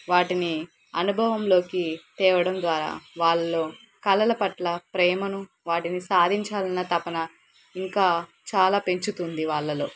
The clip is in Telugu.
వాటిని అనుభవంలోకి తేవడం ద్వారా వాళ్లలో కళల పట్ల ప్రేమను వాటిని సాధించాలన తపన ఇంకా చాలా పెంచుతుంది వాళ్ళలో